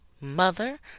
mother